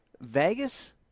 Vegas